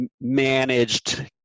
managed